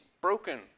broken